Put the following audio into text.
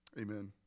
amen